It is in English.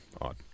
odd